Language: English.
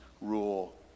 rule